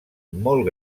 molt